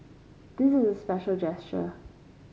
this is special gesture